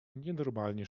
nienormalnie